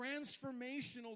transformational